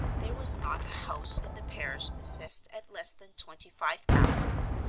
there was not a house in the parish assessed at less than twenty-five thousand,